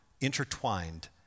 intertwined